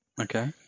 Okay